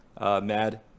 Mad